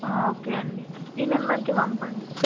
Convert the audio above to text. okay అండి ఈ నెంబర్కి పంపండి